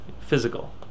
physical